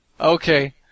Okay